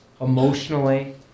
emotionally